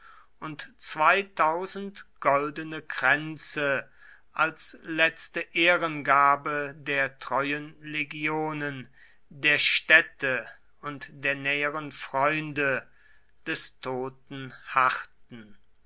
und zweitausend goldene kränze als letzte ehrengabe der treuen legionen der städte und der näheren freunde des toten harrten